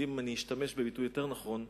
ואם אשתמש בביטוי נכון יותר,